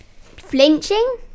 Flinching